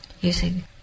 Using